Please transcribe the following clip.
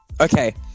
Okay